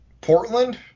Portland